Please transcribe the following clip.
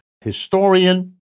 historian